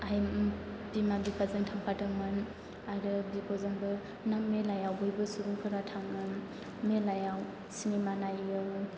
आइ बिमा बिफाजों थांफादोंमोन आरो बिब'जोंबो मेलायाव बयबो सुबुंफोरा थांनानै मेलायाव सिनेमा नायहैयो